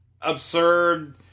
absurd